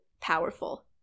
powerful